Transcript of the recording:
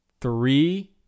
three